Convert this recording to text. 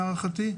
להערכתי,